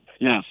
Yes